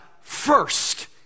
first